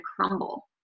crumble